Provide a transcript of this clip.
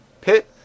Pit